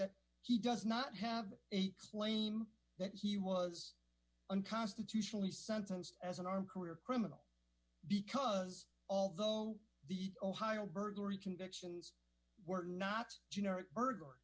that he does not have a claim that he was unconstitutional he sentenced as an arm career criminal because although the ohio burglary convictions were not generic burg